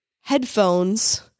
headphones